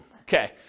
okay